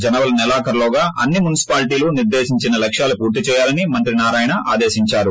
జనవరి నేలఖరలోగా అన్ని మున్పిపాలిటీలు నిర్దేశించిన లక్ష్యాన్ని పూర్తీ చేయాలని మంత్రి నారాయణ ఆదేశించారు